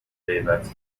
غیبت